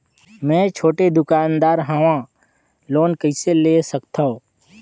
मे छोटे दुकानदार हवं लोन कइसे ले सकथव?